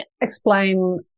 explain